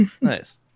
Nice